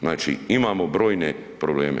Znači imamo brojne probleme.